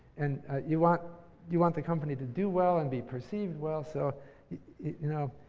and you want you want the company to do well and be perceived well. so you know